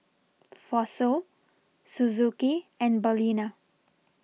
Fossil Suzuki and Balina